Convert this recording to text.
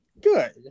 Good